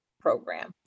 program